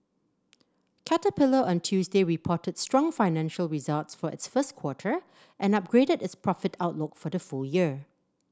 Caterpillar on Tuesday reported strong financial results for its first quarter and upgraded its profit outlook for the full year